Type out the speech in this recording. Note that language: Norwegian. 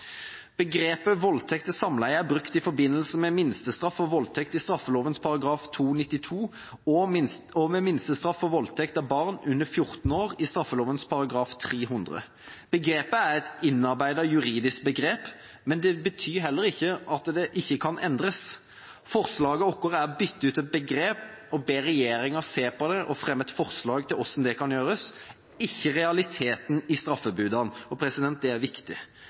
Begrepet «voldtekt til samleie» er brukt i forbindelse med minstestraff for voldtekt i straffeloven § 292 og ved minstestraff for voldtekt av barn under 14 år i straffeloven § 300. Begrepet er et innarbeidet juridisk begrep, men det betyr ikke at det ikke kan endres. Forslaget vårt er å bytte ut et begrep, be regjeringa se på det og fremme et forslag til hvordan det kan gjøres, ikke realiteten i straffebudene. Det er viktig.